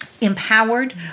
empowered